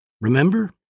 remember